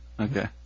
Okay